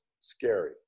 scary